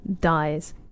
dies